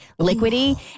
liquidy